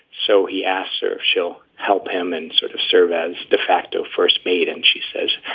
so he asks her if she'll help him and sort of serve as de facto first mate. and she says,